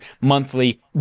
monthly